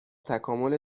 تکامل